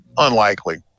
unlikely